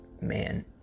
Man